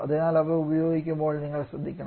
അതിനാൽ അവ ഉപയോഗിക്കുമ്പോൾ നിങ്ങൾ ശ്രദ്ധിക്കണം